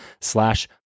slash